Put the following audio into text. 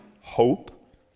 hope